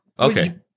Okay